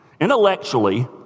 Intellectually